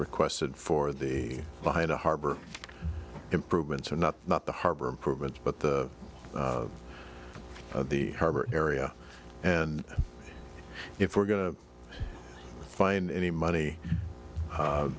requested for the behind the harbor improvements are not not the harbor improvements but the the harbor area and if we're going to find any money